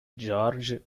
george